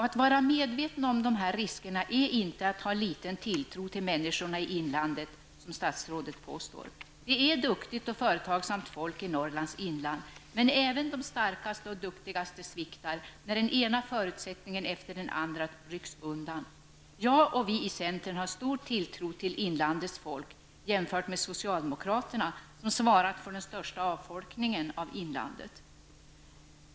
Att vara medveten om dessa risker är inte att ha liten tilltro till människorna i inlandet, som statsrådet påstår. Det är duktigt och företagsamt folk i Norrlands inland, men även de starkaste och duktigaste sviktar när den ena förutsättningen efter den andra rycks undan. Jag själv och övriga i centern har stor tilltro till inlandets folk jämfört med socialdemokraterna, som svarat för den största avfolkningen av inlandet.